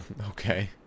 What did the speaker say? Okay